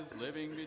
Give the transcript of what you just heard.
living